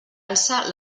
alce